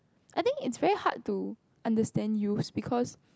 I think its very hard to understand youths because